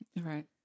Right